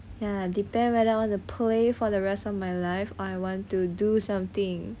ya depend whether I want to play for the rest of my life or I want to do something